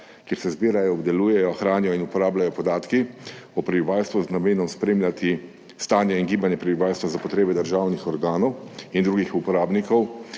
kjer se zbirajo, obdelujejo, hranijo in uporabljajo podatki o prebivalstvu z namenom spremljati stanje in gibanje prebivalstva za potrebe državnih organov in drugih uporabnikov,